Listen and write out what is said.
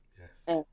Yes